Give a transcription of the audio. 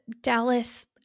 Dallas